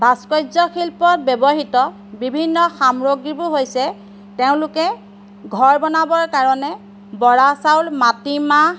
ভাস্কৰ্য শিল্পত ব্যৱহৃত বিভিন্ন সামগ্ৰীবোৰ হৈছে তেওঁলোকে ঘৰ বনাবৰ কাৰণে বৰা চাউল মাটিমাহ